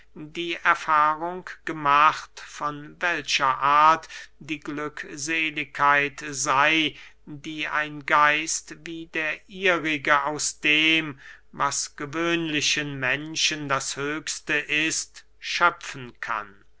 die erfahrung gemacht von welcher art die glückseligkeit sey die ein geist wie der ihrige aus dem was gewöhnlichen menschen das höchste ist schöpfen kann